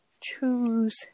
choose